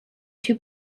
two